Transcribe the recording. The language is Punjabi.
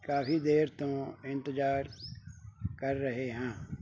ਕਾਫ਼ੀ ਦੇਰ ਤੋਂ ਇੰਤਜ਼ਾਰ ਕਰ ਰਹੇ ਹਾਂ